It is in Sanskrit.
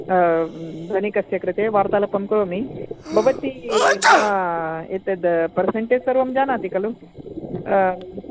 धनिकस्य कृते वार्तालापं करोमि भवती मम एतद् पर्सन्टेज् सर्वं जानाति खलु